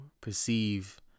perceive